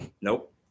Nope